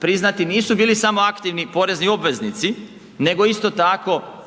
priznati nisu bili samo aktivni porezni obveznici nego isto tako